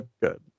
Good